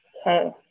Okay